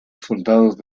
soldados